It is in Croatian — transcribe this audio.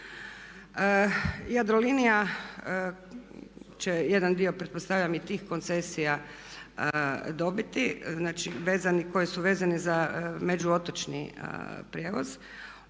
Jadrolinija će jedan dio pretpostavljam i tih koncesija dobiti, znači koji su vezani za među otočni prijevoz.